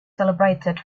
celebrated